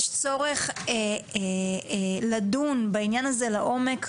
יש צורך לדון בעניין הזה לעומק,